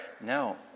No